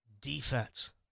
defense